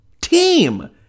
team